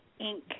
Inc